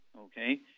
Okay